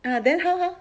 ah then how how